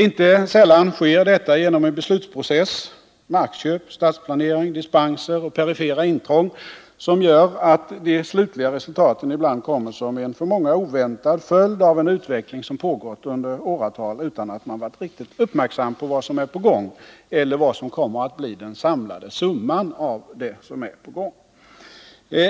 Inte så sällan sker detta genom en beslutsprocess — markköp, stadsplanering, dispenser och perifera intrång — som gör att de slutliga resultaten ibland kommer som en för många oväntad följd av en utveckling som pågått under åratal utan att man varit riktigt uppmärksam på vad som är på gång eller vad som kommer att bli den samlade summan av det som är på gång.